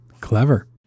Clever